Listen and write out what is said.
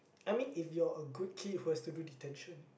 I mean if you're a good kid who has to do detention